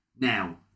Now